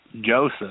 Joseph